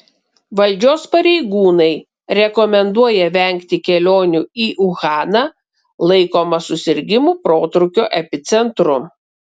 valdžios pareigūnai rekomenduoja vengti kelionių į uhaną laikomą susirgimų protrūkio epicentru